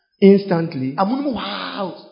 instantly